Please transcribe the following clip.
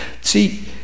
See